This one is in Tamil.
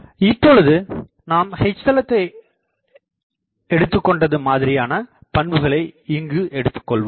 இப்பொழுது நாம் H தளத்தில் எடுத்துக்கொண்டது மாதிரியான பண்புகளை இங்கு எடுத்துக்கொள்வோம்